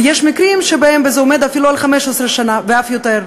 ויש מקרים שבהם זה עומד אפילו על 15 שנה ואף יותר.